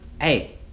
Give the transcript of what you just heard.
hey